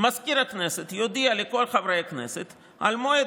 "מזכיר הכנסת יודיע לכל חברי הכנסת על מועד